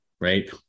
right